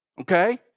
okay